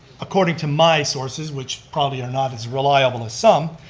according to my sources, which probably are not as reliable as some,